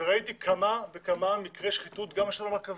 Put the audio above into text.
וראיתי כמה וכמה מקרי שחיתות גם בשלטון המרכזי.